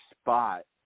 spot